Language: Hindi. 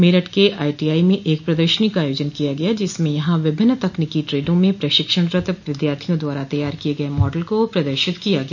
मेरठ के आईटीआई में एक प्रदर्शनी का आयोजन किया गया जिसमें यहां विभिन्न तकनीकी ट्रेडों में प्रशिक्षणरत विद्यार्थियों द्वारा तैयार किये गये मॉडल को प्रदर्शित किया गया